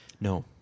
No